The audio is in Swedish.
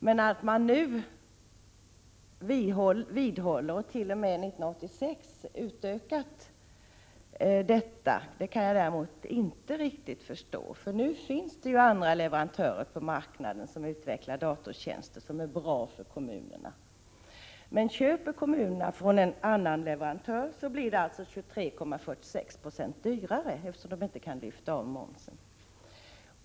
Men att man nu vidmakthåller och 1986 t.o.m. utökade denna befrielse kan jag inte förstå. Nu finns det ju andra leverantörer på marknaden som utvecklar datortjänster som är bra för kommunerna. Om kommunerna köper från någon annan leverantör blir det alltså 23,46 96 dyrare, eftersom de inte kan lyfta av momsen.